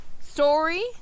story